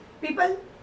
people